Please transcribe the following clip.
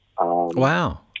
Wow